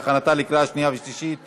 (הארכת ההטבות במס לתושבי אזור קו העימות הדרומי),